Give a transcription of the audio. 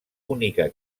única